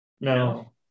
No